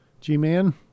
G-Man